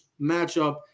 matchup